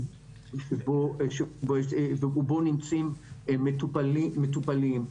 ושבו נמצאים מטופלים.